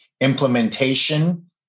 implementation